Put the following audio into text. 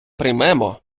приймемо